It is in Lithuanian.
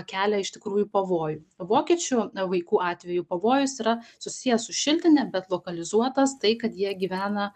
kelia iš tikrųjų pavojų vokiečių vaikų atveju pavojus yra susijęs su šiltine bet lokalizuotas tai kad jie gyvena